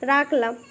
রাখলাম